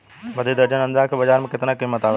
प्रति दर्जन अंडा के बाजार मे कितना कीमत आवेला?